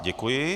Děkuji.